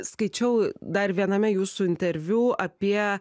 skaičiau dar viename jūsų interviu apie